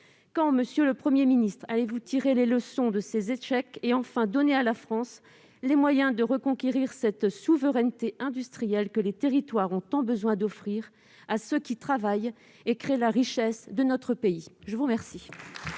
ni contreparties ? Quand allez-vous tirer les leçons de ces échecs et donner enfin à la France les moyens de reconquérir cette souveraineté industrielle que les territoires ont tant besoin d'offrir à ceux qui travaillent et créent la richesse de notre pays ? La parole